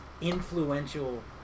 influential